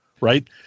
Right